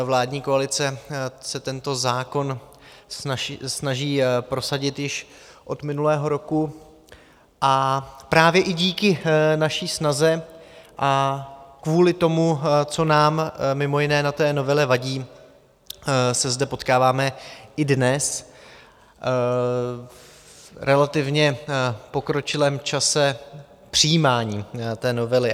Vládní koalice se tento zákon snaží prosadit již od minulého roku a právě i díky naší snaze a kvůli tomu, co nám mimo jiné na té novele vadí, se zde potkáváme i dnes v relativně pokročilém čase přijímání té novely.